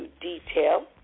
detail